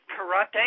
karate